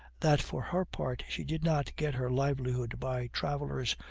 that for her part she did not get her livelihood by travelers,